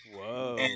Whoa